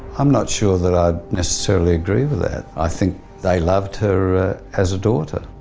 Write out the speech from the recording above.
i'm not sure that i'd necessarily agree with that. i think they loved her as a daughter.